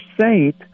saint